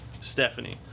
Stephanie